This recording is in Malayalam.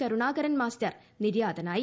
കരുണാകരൻ മാസ്റ്റർ നിര്യാതനായി